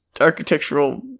architectural